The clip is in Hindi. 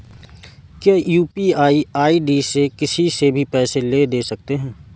क्या यू.पी.आई आई.डी से किसी से भी पैसे ले दे सकते हैं?